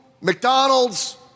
mcdonald's